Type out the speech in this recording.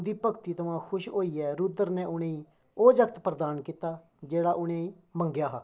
उं'दी भगती थमां खुश होइयै रुद्र ने उ'नें गी ओह् जागत प्रदान कीता जेह्ड़ा उ'नें मंगेआ हा